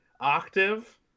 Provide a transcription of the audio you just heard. octave